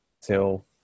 till